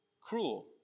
cruel